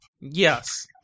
Yes